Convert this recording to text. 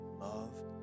love